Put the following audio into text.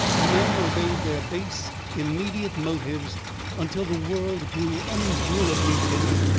men obeyed their base immediate motives until the world grew unendurably bitter.